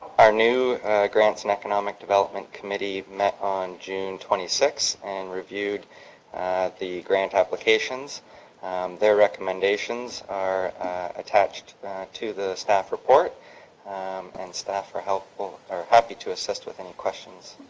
our new grants and economic development committee met on june twenty six and reviewed the grant applications their recommendations are attached to the staff report and staff are helpful are happy to assist with any questions